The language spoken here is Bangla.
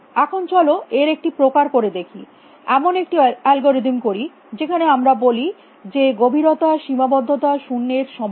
এখন চলো এর একটি প্রকার করে দেখি এমন একটি অ্যালগরিদম করি যেখানে আমরা বলি যে গভীরতা সীমাবদ্ধতা শূন্যের সমান